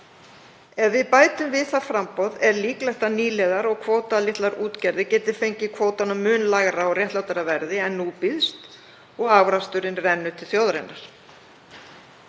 Ef við bætum við það framboð er líklegt að nýliðar og kvótalitlar útgerðir geti fengið kvótann á mun lægra og réttlátara verði en nú býðst og afraksturinn renni til þjóðarinnar.